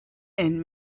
and